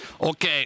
Okay